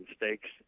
mistakes